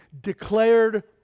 declared